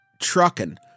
trucking